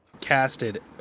casted